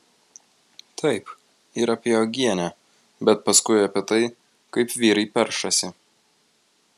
taip ir apie uogienę bet paskui apie tai kaip vyrai peršasi